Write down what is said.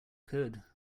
could